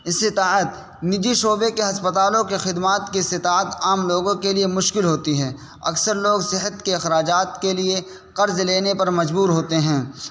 استطاعت نجی شعبے کے ہسپتالوں کے خدمات کی استطاعت عام لوگوں کے لیے مشکل ہوتی ہے اکثر لوگ صحت کے اخراجات کے لیے قرض لینے پر مجبور ہوتے ہیں